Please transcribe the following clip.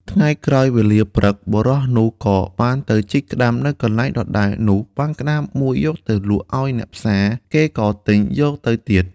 ថ្ងៃក្រោយវេលាព្រឹក បុរសនោះក៏បានទៅជីកក្ដាមនៅកន្លែងដដែលនោះបានក្ដាមមួយយកទៅលក់ឲ្យអ្នកផ្សារ គេក៏ទិញយកទៅទៀត ។